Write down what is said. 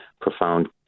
profound